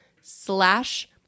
slash